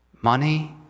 money